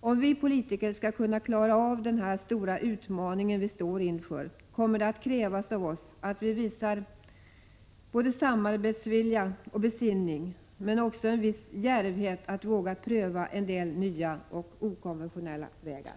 Om vi politiker skall kunna klara av den stora utmaning vi står inför kommer det att krävas av oss att vi visar både samarbetsvilja och besinning, men också en viss djärvhet att våga pröva en del nya och okonventionella vägar.